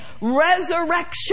resurrection